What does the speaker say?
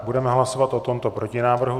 Budeme hlasovat o tomto protinávrhu.